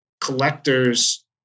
collector's